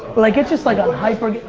but like it's just like a hyper.